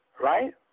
right